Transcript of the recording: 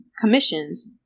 commissions